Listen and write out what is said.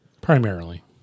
primarily